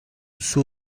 suo